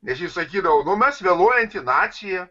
nes jis sakydavo nu mes vėluojanti nacija